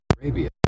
Arabia